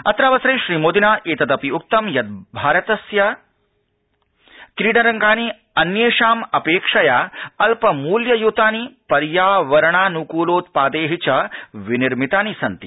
अत्रावसरे श्री मोदिना एतदपि उक्तं यत् भारतस्य क्रीडनकानि अन्येषाम् अपेक्षा अल्पमूल्ययुतानि पर्यावरणानुकूलोत्पादैः च विनिर्मितानि सन्ति